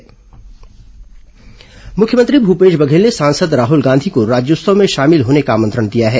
राज्योत्सव आमंत्रण मुख्यमंत्री भूपेश बघेल ने सांसद राहुल गांधी को राज्योत्सव में शामिल होने का आमंत्रण दिया है